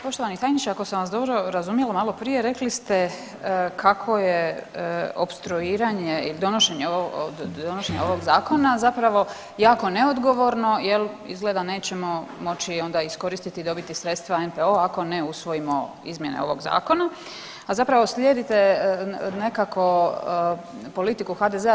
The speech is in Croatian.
Poštovani tajniče ako sam vas dobro razumjela malo prije rekli ste kako je opstruiranje ili donošenje ovog zakona zapravo jako neodgovorno jer izgleda nećemo moći iskoristiti i dobiti sredstva NPO ako ne usvojimo izmjene ovog zakona, a zapravo slijedite nekako politiku HDZ-a.